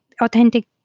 authentic